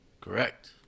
Correct